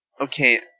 Okay